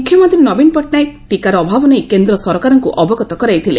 ମୁଖ୍ୟମନ୍ତୀ ନବୀନ ପଟ୍ଟନାୟକ ଟିକାର ଅଭାବ ନେଇ କେନ୍ଦ୍ର ସରକାରଙ୍କୁ ଅବଗତ କରାଇଥିଲେ